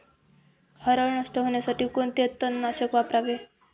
हरळ नष्ट होण्यासाठी कोणते तणनाशक वापरावे?